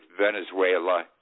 venezuela